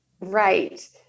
Right